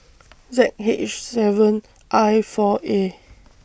Z H seven I four A